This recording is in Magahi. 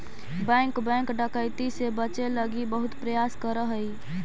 बैंक बैंक डकैती से बचे लगी बहुत प्रयास करऽ हइ